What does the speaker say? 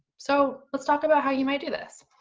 so, let's talk about how you might do this.